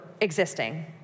existing